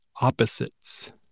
opposites